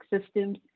systems